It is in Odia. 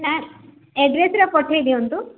ନା ଆଡ୍ରେସ୍ରେ ପଠେଇ ଦିଅନ୍ତୁ